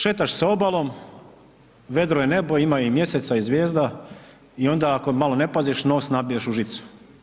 Šetaš se obalom, vedro je nebo ima i mjeseca i zvijezda i onda ako malo ne paziš nos nabiješ u žicu.